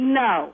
no